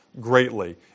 greatly